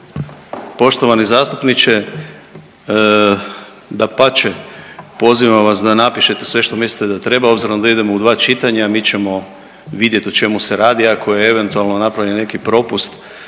Poštovani zastupniče, dapače, pozivam vas da napišete sve što mislite da treba, obzirom da idemo u dva čitanja, mi ćemo vidjeti o čemu se radi, ako je eventualno napravljen neki propust,